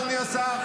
אדוני השר,